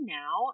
now